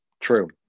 true